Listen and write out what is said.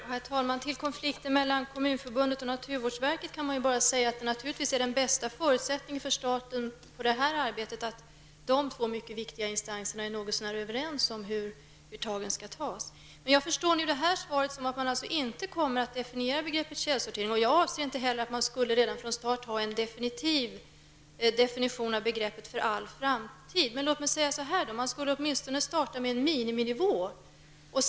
Herr talman! När det gäller konflikten mellan Kommunförbundet och naturvårdsverket kan bara sägas att den bästa förutsättningen för att det här arbetet skall komma i gång är att de två viktiga instanserna är något så när överens om hur tagen skall tas. Jag uppfattar det här svaret som att man inte kommer att definiera begreppet källsortering. Jag anser inte heller att man redan från starten skall ha en definitiv definition av begreppet för all framtid. Man skulle åtminstone kunna starta med en miniminivå.